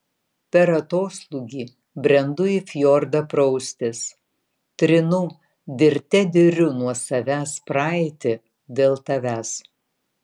per atoslūgį brendu į fjordą praustis trinu dirte diriu nuo savęs praeitį dėl tavęs